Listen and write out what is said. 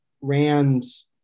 Rand's